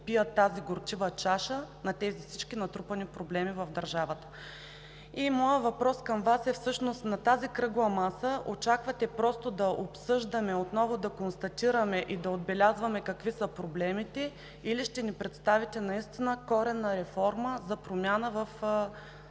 пият тази горчива чаша на всичките натрупани проблеми в държавата. Моят въпрос към Вас е: на тази кръгла маса очаквате просто да обсъждаме, отново да констатираме и да отбелязваме какви са проблемите или ще ни представите наистина коренна реформа за промяна в